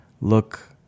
look